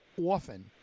often